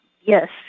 Yes